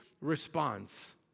response